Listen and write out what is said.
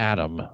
Adam